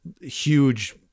huge